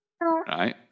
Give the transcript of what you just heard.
Right